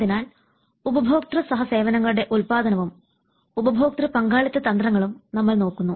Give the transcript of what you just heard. അതിനാൽ ഉപഭോക്തൃ സഹ സേവനങ്ങളുടെ ഉത്പാദനവും ഉപഭോക്തൃ പങ്കാളിത്ത തന്ത്രങ്ങളും നമ്മൾ നോക്കുന്നു